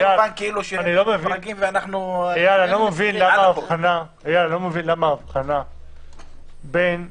איל, אני לא מבין למה ההבחנה בין (א)